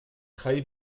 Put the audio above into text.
trahi